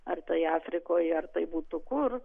ar tai afrikoj ar tai būtų kur